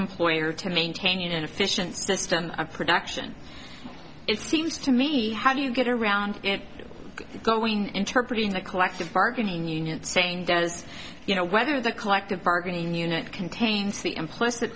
employer to maintain an efficient system of production it seems to me how do you get around that going interpret in a collective bargaining union saying does you know whether the collective bargaining unit contains the implicit